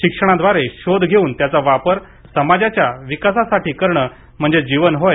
शिक्षणाद्वारे शोध घेऊन त्याचा वापर समाजाच्या विकासासाठी करणे म्हणजे जीवन होय